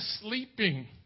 sleeping